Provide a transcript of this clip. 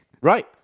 Right